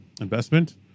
investment